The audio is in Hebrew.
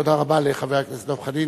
תודה רבה לחבר הכנסת דב חנין.